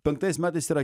penktais metais yra